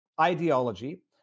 ideology